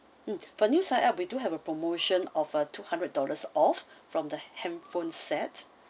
mm for new sign up we do have a promotion of a two hundred dollars off from the handphone set